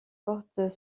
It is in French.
portent